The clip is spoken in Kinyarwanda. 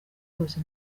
yose